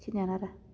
बेखिनियानो आरो